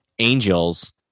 angels